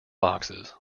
boxes